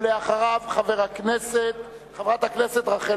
אחריו, חברת הכנסת רחל